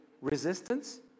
resistance